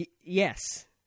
Yes